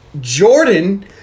jordan